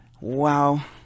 Wow